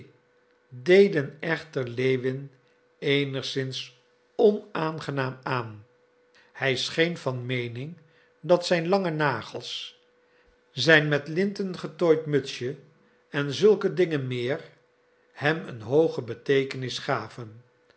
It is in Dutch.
deden echter lewin eenigszins onaangenaam aan hij scheen van meening dat zijn lange nagels zijn met linten getooid mutsje en zulke dingen meer hem een hooge beteekenis gaven